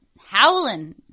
howling